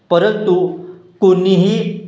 परंतु कोणीही